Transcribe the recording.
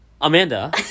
Amanda